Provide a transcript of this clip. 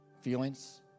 feelings